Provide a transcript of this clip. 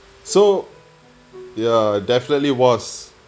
so ya definitely was